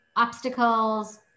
obstacles